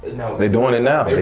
they doin' it now.